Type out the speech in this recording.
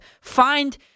find